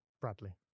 Bradley